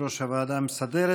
יושב-ראש הוועדה המסדרת.